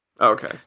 Okay